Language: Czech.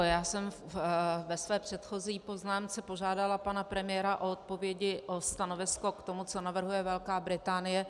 Já jsem ve své předchozí poznámce požádala pana premiéra o odpovědi, o stanovisko k tomu, co navrhuje Velká Británie.